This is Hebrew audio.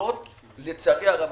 הדרגות לצערי הרב,